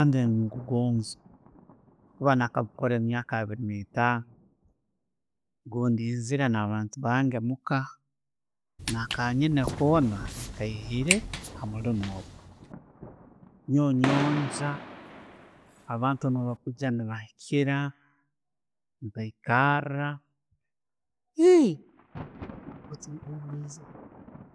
Omuliimu gwange nengugoonza kuba na'kagukoora emyaaka abiiri ne'taaano. Gundiiziire na'bantu bange muka, no kenyiine koona nkaiyire omuliimu ogwo. Nyonwe nyongya abantu no'bakwijja ne bakukiira, bayikara.